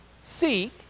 Seek